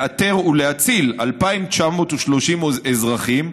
לאתר ולהציל 2,930 אזרחים,